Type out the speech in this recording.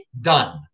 done